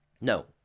No